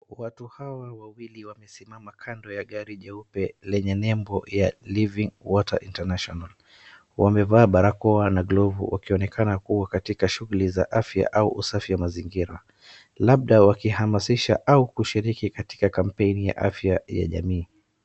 Watu hawa wawili wamesimama kando ya gari jeupe lenye nembo ya Living Water International. Wamevaa barakoa na glovu wakionekana kuwa katika shughuli za afya au usafi wa mazingira ,labda wakihamasisha au kushiriki katika kampeni ya afya ya jamii.